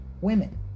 women